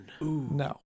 No